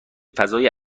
فضای